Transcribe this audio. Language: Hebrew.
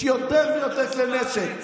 יש יותר ויותר כלי נשק.